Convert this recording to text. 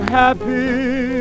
happy